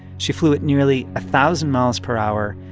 she flew at nearly a thousand miles per hour,